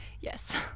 yes